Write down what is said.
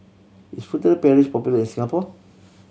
is Furtere Paris popular in Singapore